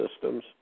systems